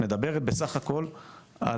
את מדברת בסך הכול על,